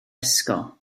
ysgol